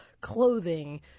clothing